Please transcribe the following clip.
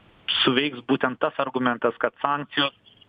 suveiks būtent tas argumentas kad sankcijos